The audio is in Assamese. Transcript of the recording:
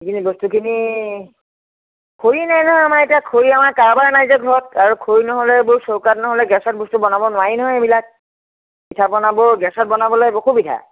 বস্তুখিনি খৰি নাই নহয় আমাৰ এতিয়া খৰিৰ আমাৰ কাৰবাৰ নাই যে ঘৰত আৰু খৰি নহ'লে এইবোৰ চৌকা নহ'লে গেছত বস্তু বনাব নোৱাৰি নহয় এইবিলাক পিঠা পনা বোৰ গেছত বনাবলৈ খুব অসুবিধা